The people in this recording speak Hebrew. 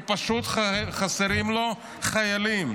פשוט כי חסרים לו חיילים.